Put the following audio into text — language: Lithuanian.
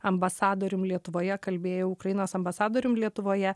ambasadorium lietuvoje kalbėjau ukrainos ambasadorium lietuvoje